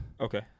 Okay